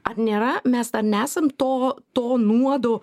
ar nėra mes dar nesam to to nuodo